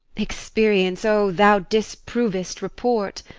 experience, o, thou disprov'st report!